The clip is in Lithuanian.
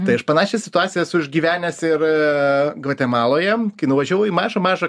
tai aš panašią situaciją esu išgyvenęs ir gvatemaloje kai nuvažiavau į mažą mažą